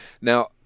Now